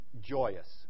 joyous